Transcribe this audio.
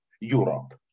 Europe